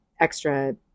extra